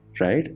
right